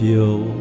Feel